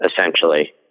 essentially